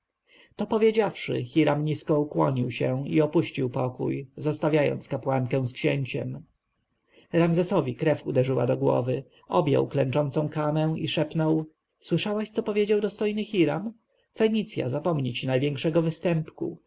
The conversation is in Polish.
to powiedziawszy hiram nisko ukłonił się i opuścił pokój zostawiając kapłankę z księciem ramzesowi krew uderzyła do głowy objął klęczącą kamę i szepnął słyszałaś co powiedział dostojny hiram fenicja zapomni ci największego występku